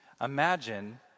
Imagine